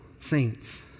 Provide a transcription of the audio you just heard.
saints